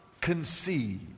conceive